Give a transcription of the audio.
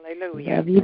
Hallelujah